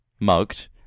mugged